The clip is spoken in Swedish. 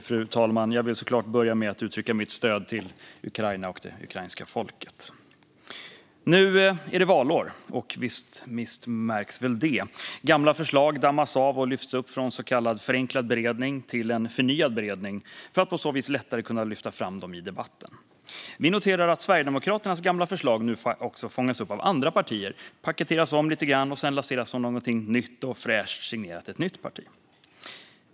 Fru talman! Jag vill såklart börja med att uttrycka mitt stöd för Ukraina och det ukrainska folket. Nu är det valår, och visst märks väl det. Gamla förslag dammas av och lyfts upp från så kallad förenklad beredning till en förnyad beredning för att på så vis lättare kunna lyfta fram dem i debatten. Vi noterar att Sverigedemokraternas gamla förslag nu fångas upp av andra partier, paketeras om lite grann och sedan lanseras som någonting nytt och fräscht signerat ett nytt parti.